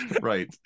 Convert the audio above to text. Right